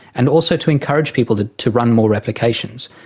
and also to encourage people to to run more replications.